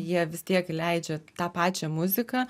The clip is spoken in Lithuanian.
jie vis tiek leidžia tą pačią muziką